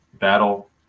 battle